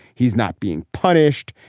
he's not being punished.